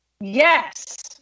Yes